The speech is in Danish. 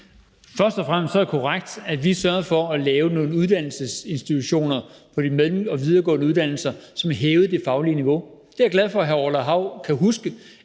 Først og fremmest er det korrekt, at vi sørgede for at lave nogle uddannelsesinstitutioner på de mellemlange videregående uddannelser, som hævede det faglige niveau. Det er jeg glad for hr. Orla Hav kan huske,